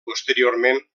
posteriorment